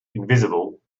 invisible